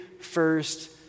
First